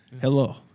Hello